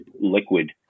liquid